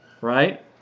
Right